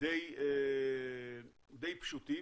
די פשוטים.